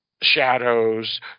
shadows